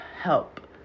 help